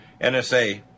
NSA